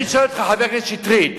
אני שואל אותך, חבר הכנסת שטרית,